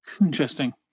Interesting